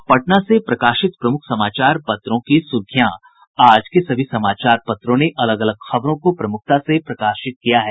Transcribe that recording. अब पटना से प्रकाशित प्रमुख समाचार पत्रों की सुर्खियां आज के सभी समाचार पत्रों ने अलग अलग खबरों को प्रमुखता से प्रकाशित किया है